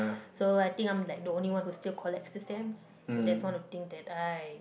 so I think I'm like the only one who still collects the stamps so that's one of the things that I